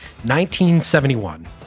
1971